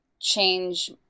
change